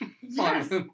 Yes